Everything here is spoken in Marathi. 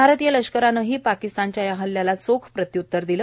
भारतीय लष्करानेही पाकिस्तानच्या या हल्ल्याला चोख प्रत्यूतर दिलं